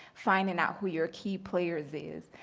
finding out who your key players is.